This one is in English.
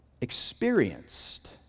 experienced